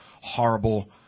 horrible